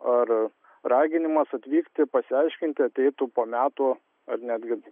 ar raginimas atvykti pasiaiškinti ateitų po metų ar netgi